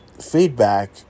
feedback